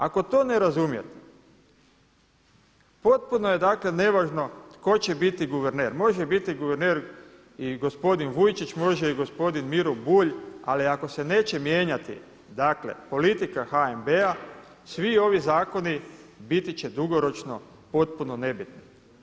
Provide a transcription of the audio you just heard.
Ako to ne razumijete potpuno je dakle nevažno tko će biti guverner, može biti guverner i gospodin Vujčić, može i gospodin Miro Bulj ali ako se neće mijenjati, dakle politika HNB-a, svi ovi zakoni biti će dugoročno potpuno nebitni.